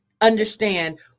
understand